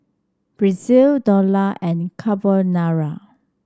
Pretzel Dhokla and Carbonara